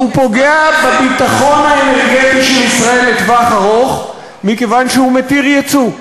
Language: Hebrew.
הוא פוגע בביטחון האנרגטי של ישראל לטווח ארוך מכיוון שהוא מתיר ייצוא.